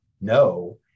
no